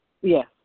Yes